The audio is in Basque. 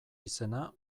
izena